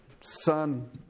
son